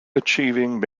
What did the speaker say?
achieving